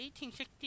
1860